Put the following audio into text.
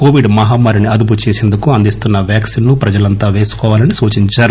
Covid మహమ్మారిని అదుపు చేసేందుకు అందిస్తున్న వ్యాక్పిన్ ను ప్రజలంతా పేసుకోవాలని సూచించారు